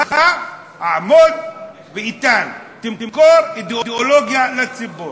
עמוד איתן: תמכור אידיאולוגיה לציבור.